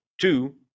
two